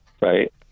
right